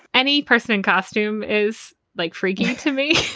any person in costume is like freaky to me,